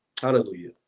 Hallelujah